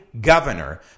governor